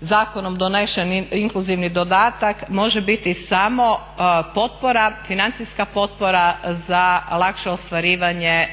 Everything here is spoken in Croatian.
zakonom donesen inkluzivni dodatak može biti samo potpora, financijska potpora za lakše ostvarivanje